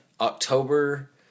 October